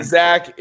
zach